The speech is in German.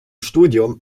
studium